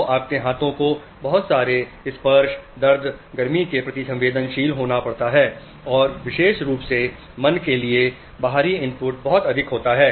तो आपके हाथों को बहुत सारे स्पर्श दर्द गर्मी के प्रति संवेदनशील होना पड़ता है और विशेष रूप से मन के लिए बाहरी इनपुट बहुत अधिक होता है